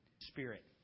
Spirit